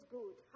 good